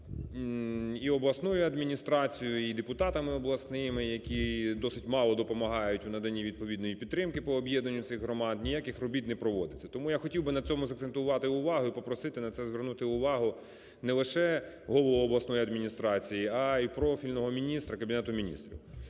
і обласною адміністрацією, депутатами обласними, які досить мало допомагають у наданні відповідної підтримки по об'єднанню цих громад, ніяких робіт не проводиться. Тому я хотів би на цьому закцентувати увагу і попросити на це звернути увагу не лише голову обласної адміністрації, а і профільного міністра Кабінету Міністрів,